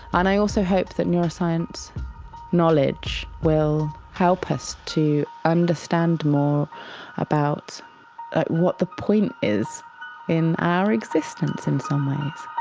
and i also hope that neuroscience knowledge will help us to understand more about what the point is in our existence in some ways.